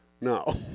No